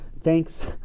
thanks